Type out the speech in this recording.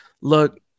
Look